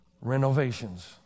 renovations